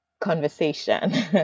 conversation